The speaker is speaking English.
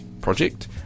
project